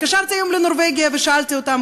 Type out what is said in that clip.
התקשרתי היום לנורבגיה ושאלתי אותם,